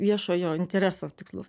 viešojo intereso tikslus